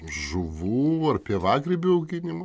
žuvų ar pievagrybių auginimą